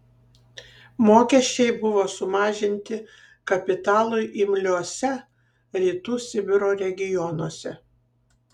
mokesčiai buvo sumažinti kapitalui imliuose rytų sibiro regionuose